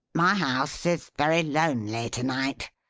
my house is very lonely to-night.